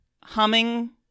humming